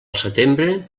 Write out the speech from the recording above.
setembre